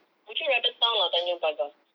would you rather town or tanjong pagar